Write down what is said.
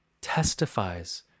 testifies